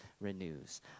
renews